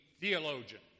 theologian